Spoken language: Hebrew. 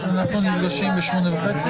אנחנו נפגשים ב-20:30.